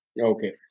Okay